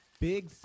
Big